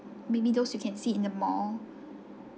maybe those you can see in the mall